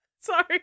Sorry